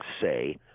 say